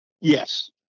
Yes